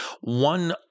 one